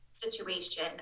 Situation